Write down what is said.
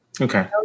Okay